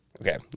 Okay